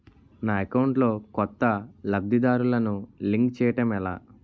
నా అకౌంట్ లో కొత్త లబ్ధిదారులను లింక్ చేయటం ఎలా?